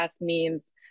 memes